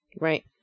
Right